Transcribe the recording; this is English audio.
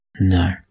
No